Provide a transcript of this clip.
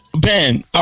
Ben